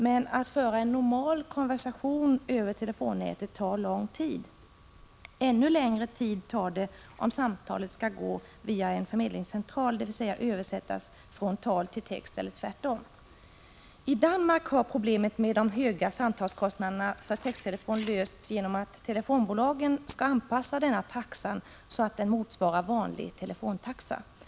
Men att föra en normal konversation över telefonnätet tar lång tid. Ännu längre tid tar det om samtalet skall gå via en förmedlingscentral, dvs. översättas från tal till text eller tvärtom. I Danmark har problemet med höga samtalskostnader för texttelefon lösts Prot. 1985/86:136 genom att telefonbolagen skall anpassa denna taxa så att den motsvarar 3 maj 1986 vanlig telefontaxa.